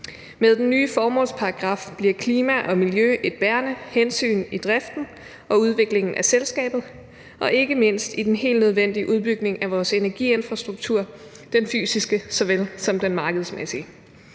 Med den nye formålsparagraf bliver klima og miljø et bærende hensyn i driften og udviklingen af selskabet og ikke mindst i den helt nødvendige udbygning af vores energiinfrastruktur – den fysiske såvel som den markedsmæssige.